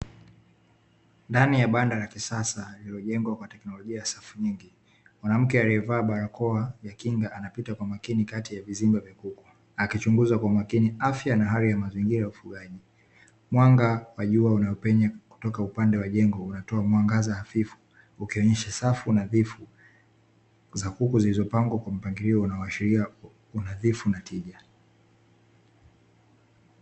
Ndani ya banda la kisasa, lililojengwa kwa teknolojia ya safu nyingi, mwanamke aliyevaa barakoa ya kinga anapita kwa makini kati ya vizimba vya kuku, akichunguza kwa makini afya na hali ya mazingira ya ufugaji. Mwanga wa jua unapenya kutoka upande wa jengo unatoa mwangaza hafifu, ukionyesha safu nadhifu za kuku zilizopangwa kwa mpangilio unaoashiria unadhifu na tija.